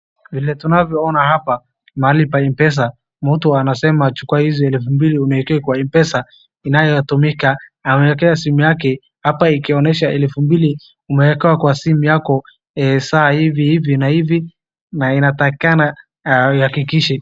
Vile tunavyoona hapa mahali pa mpesa ,mtu anasema chukua hizi elfu mbili uniekee kwa mpesa inayotumika ,anawekewa simu yake inayoonyesha hapa elfu mbili umewekewa kwa simu yako, saa hivi hivi na hivi na inatakikana ihakikishe.